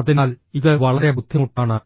അതിനാൽ ഇത് വളരെ ബുദ്ധിമുട്ടാണ്